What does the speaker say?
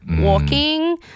walking